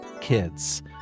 kids